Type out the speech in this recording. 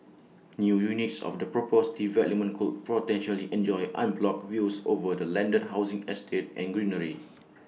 new units of the proposed development could potentially enjoy unblocked views over the landed housing estate and greenery